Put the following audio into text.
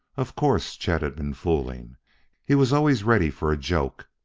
of course chet had been fooling he was always ready for a joke.